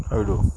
hello